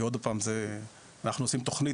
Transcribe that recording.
כי עוד הפעם אנחנו עושים תכנית,